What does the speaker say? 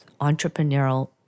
entrepreneurial